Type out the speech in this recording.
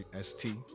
ST